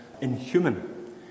inhuman